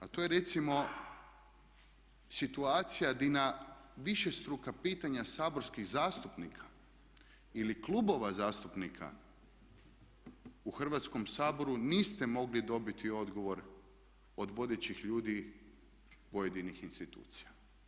A to je recimo situacija di na višestruka pitanja saborskih zastupnika ili klubova zastupnika u Hrvatskom saboru niste mogli dobiti odgovor od vodećih ljudi pojedinih institucija.